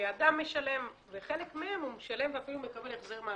- שאדם משלם ומקבל החזר מהעבודה.